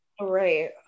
Right